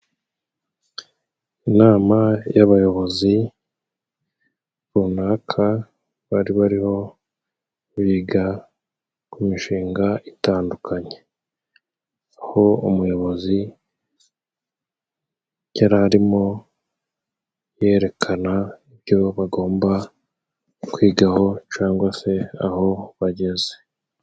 Inama y'abayobozi runaka bari bariho biga ku mishinga itandukanye, aho umuyobozi yari arimo yerekana ibyo bagomba kwigaho cangwa se aho bageze.